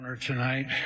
Tonight